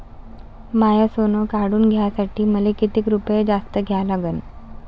माय सोनं काढून घ्यासाठी मले कितीक रुपये जास्त द्या लागन?